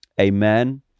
Amen